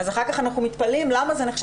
אז אחר כך אנחנו מתפלאים למה זה נחשב